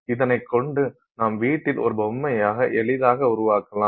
இதனைக் கொண்டு நாம் வீட்டில் ஒரு பொம்மையாக எளிதாக உருவாக்கலாம்